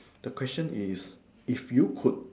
the question is if you could